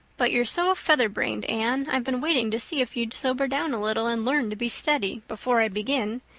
but you're so featherbrained, anne, i've been waiting to see if you'd sober down a little and learn to be steady before i begin.